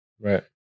right